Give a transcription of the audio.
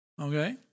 okay